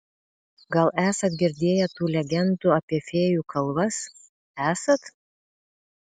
gal esat girdėję tų legendų apie fėjų kalvas esat